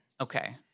Okay